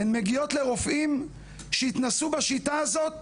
הן מגיעות לרופאים שהתנסו בשיטה הזאת